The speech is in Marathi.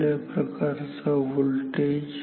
कुठल्या प्रकारचा व्होल्टेज